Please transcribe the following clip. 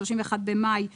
31 במאי 2023,